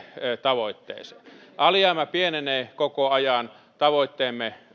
tavoitteeseen alijäämä pienenee koko ajan tavoitteemme